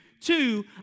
Two